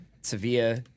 Sevilla